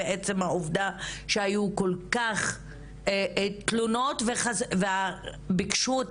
ועצם העובדה שהיו כל כך הרבה תלונות וביקשו את